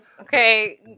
Okay